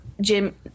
Jim